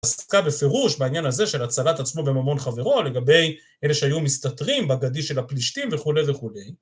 עסקה בפירוש בעניין הזה של הצלת עצמו בממון חברו, לגבי אלה שהיו מסתתרים בגדי של הפלישתים וכולי וכולי.